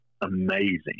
amazing